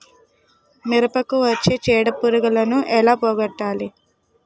మిరపకు వచ్చే చిడపురుగును ఏల పోగొట్టాలి?